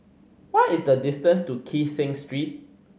what is the distance to Kee Seng Street